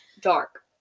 Dark